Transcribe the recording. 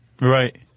Right